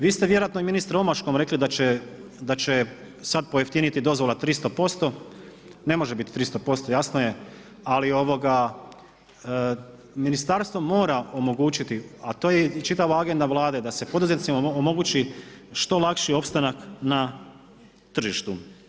Vi ste vjerojatno i ministre omaškom rekli da će sada pojeftini dozvola 300%, ne može biti 300%, jasno je ali ministarstvo mora omogućiti a to je i čitava … Vlade da se poduzetnicima omogući što lakši opstanak na tržištu.